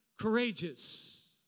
courageous